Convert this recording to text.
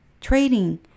trading